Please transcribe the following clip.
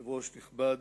יושב-ראש נכבד,